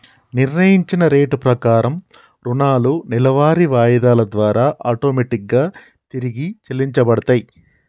నిర్ణయించిన రేటు ప్రకారం రుణాలు నెలవారీ వాయిదాల ద్వారా ఆటోమేటిక్ గా తిరిగి చెల్లించబడతయ్